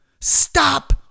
Stop